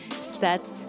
sets